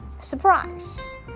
surprise